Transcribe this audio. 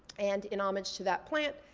and in homage to that plant,